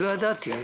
לא ידעתי.